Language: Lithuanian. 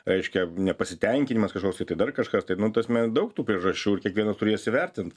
reiškia nepasitenkinimas kažkoks tai dar kažkas tai nu ta prasme daug tų priežasčių ir kiekvienas turės įvertint